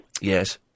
Yes